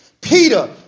Peter